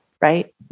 Right